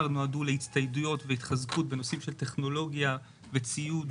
להצטיידות והתחזקות בנושאים של טכנולוגיה וציוד,